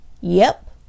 Yep